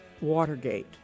Watergate